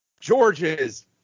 george's